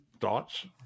thoughts